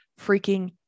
freaking